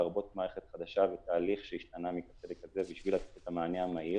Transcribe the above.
לרבות מערכת חדשה ותהליך שהשתנה מהקצה אל הקצה בשביל המענה המהיר.